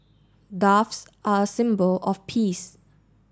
doves are a symbol of peace